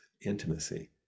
intimacy